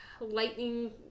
lightning